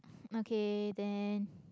okay then